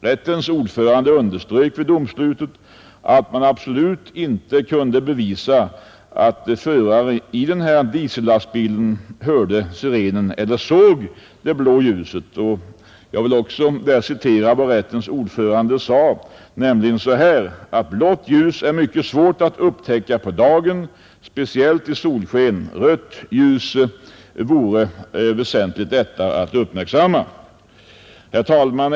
Rättens ordförande underströk vid domslutet, att man absolut inte kunde bevisa att föraren i diesellastbilen hörde sirenen eller såg det blå ljuset. Jag vill också citera vad rättens ordförande yttrade, nämligen: ”Blått ljus är mycket svårt att upptäcka på dagen, speciellt i solsken. Rött ljus vore väsentligt lättare att uppmärksamma.” Herr talman!